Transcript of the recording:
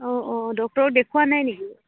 অ' অ' ডক্টৰক দেখুওৱা নাই নেকি